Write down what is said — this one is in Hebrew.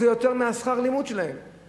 זה יותר משכר הלימוד שלהם,